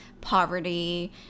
poverty